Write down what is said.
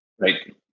Right